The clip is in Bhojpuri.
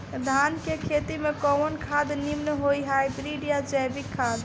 धान के खेती में कवन खाद नीमन होई हाइब्रिड या जैविक खाद?